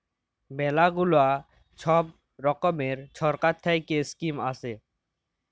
ম্যালা গুলা ছব রকমের ছরকার থ্যাইকে ইস্কিম আসে